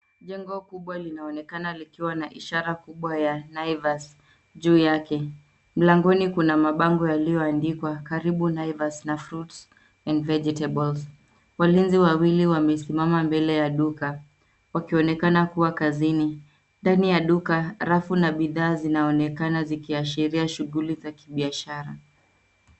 Jengo kubwa linaonekana likiwa na ishara kubwa ya Naivas juu yake mlangoni kuna mabango yaliondikwa karibu Naivas na fruits and vegetables , walinzi wawili wasimama mbele ya duka wakionekana kuwa kazini, ndani ya duka rafu na bidhaa zinaonekana zikiashiria shughuli za kibiashara.